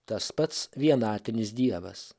tas pats vienatinis dievas